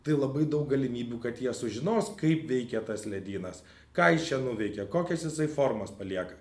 tai labai daug galimybių kad jie sužinos kaip veikia tas ledynas ką jis čia nuveikė kokias jisai formas palieka